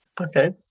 okay